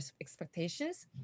expectations